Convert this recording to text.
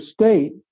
state